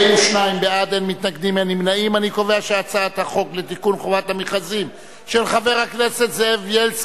ההצעה להעביר את הצעת חוק חובת המכרזים (איסור אפליה בשל גיל),